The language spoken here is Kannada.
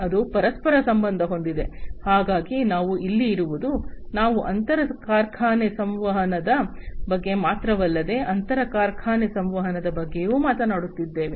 ಅದು ಪರಸ್ಪರ ಸಂಬಂಧ ಹೊಂದಿದೆ ಹಾಗಾಗಿ ನಾವು ಇಲ್ಲಿ ಇರುವುದು ನಾವು ಆಂತರಿಕ ಕಾರ್ಖಾನೆ ಸಂವಹನದ ಬಗ್ಗೆ ಮಾತ್ರವಲ್ಲದೆ ಅಂತರ ಕಾರ್ಖಾನೆ ಸಂವಹನದ ಬಗ್ಗೆಯೂ ಮಾತನಾಡುತ್ತಿದ್ದೇವೆ